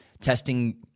testing